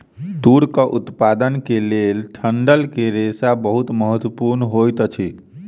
तूरक उत्पादन के लेल डंठल के रेशा बहुत महत्वपूर्ण होइत अछि